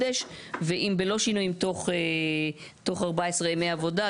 ואם בלא שינויים תוך 14 ימי עבודה.